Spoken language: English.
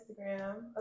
Instagram